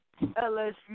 LSU